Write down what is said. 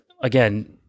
again